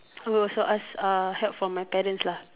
I will also ask uh help from my parents lah